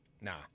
Nah